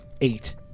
Eight